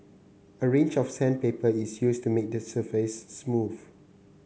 a range of sandpaper is used to make the surface smooth